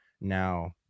Now